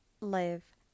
live